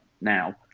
now